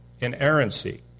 Inerrancy